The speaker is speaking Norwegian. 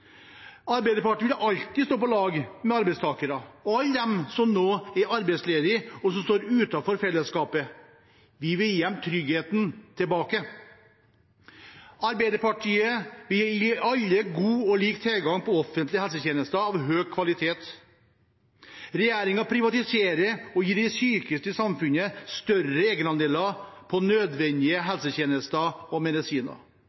Arbeiderpartiet vil alltid stå på lag med arbeidstakerne og alle dem som nå er arbeidsledige, og som står utenfor fellesskapet. Vi vil gi dem tryggheten tilbake. Arbeiderpartiet vil gi alle god og lik tilgang til offentlige helsetjenester av høy kvalitet. Regjeringen privatiserer og gir de sykeste i samfunnet større egenandeler på nødvendige helsetjenester og medisiner.